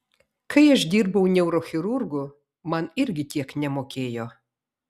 kai aš dirbau neurochirurgu man irgi tiek nemokėjo